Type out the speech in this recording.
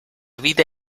vida